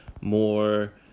more